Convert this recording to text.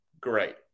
great